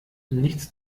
nichts